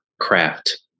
craft